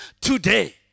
today